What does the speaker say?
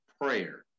prayer